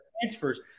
transfers